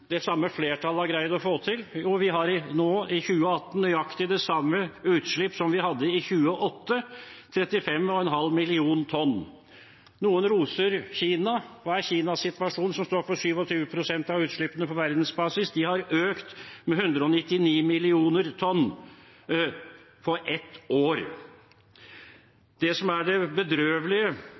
det samme flertallet greid å få til? Jo, vi hadde i 2018 nøyaktig det samme utslipp som vi hadde i 2008 – 35,5 millioner tonn. Noen roser Kina. Hva er Kinas situasjon, som står for 27 pst. av utslippene på verdensbasis? De har økt utslippene med 199 millioner tonn på et år. Det som er det bedrøvelige,